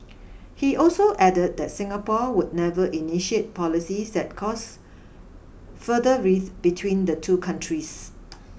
he also added that Singapore would never initiate policies that cause further rift between the two countries